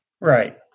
Right